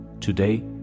Today